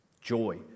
Joy